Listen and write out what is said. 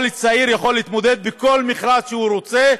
כל צעיר יכול להתמודד בכל מכרז שהוא רוצה,